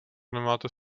nemáte